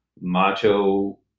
macho